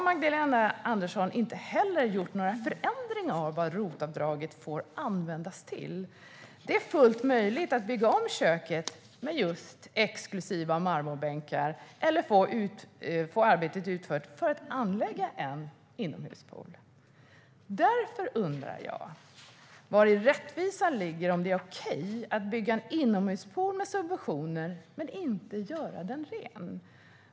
Magdalena Andersson har inte heller gjort några förändringar av vad ROT-avdraget får användas till. Det är fullt möjligt att bygga om köket med just exklusiva marmorbänkar eller att få arbete utfört för att anlägga en inomhuspool. Därför undrar jag vari rättvisan ligger att det är okej att bygga en inomhuspool med subventioner men inte att rengöra den.